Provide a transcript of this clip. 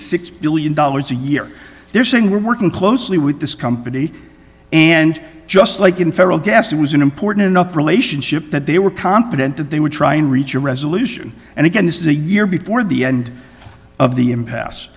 six billion dollars a year they're saying we're working closely with this company and just like in federal gas it was an important enough relationship that they were confident that they would try and reach a resolution and again this is a year before the end of the impas